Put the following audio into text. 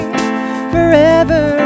Forever